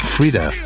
Frida